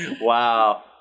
Wow